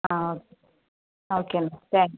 ആ ആ ഓക്കെയെന്നാൽ താങ്ക്സ്